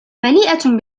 مليئة